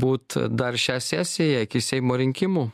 būt dar šią sesiją iki seimo rinkimų